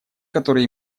которые